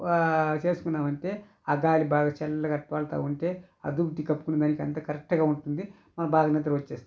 చేసుకున్నావంటే ఆ గాలి బాగా చల్లగా అట్ట తోలుతా ఉంటే అదుప్పటి కప్పుకున్న దానికంతా కరెక్ట్గా ఉంటుంది మనకు బాగా నిద్రవచ్చేస్తుంది